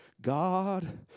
God